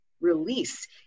release